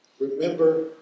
remember